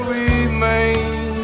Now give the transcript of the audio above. remain